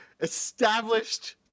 Established